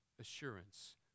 Assurance